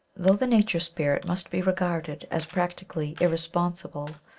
though the nature spirit must be regarded as practically irre sponsible,